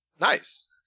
Nice